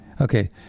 Okay